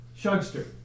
Shugster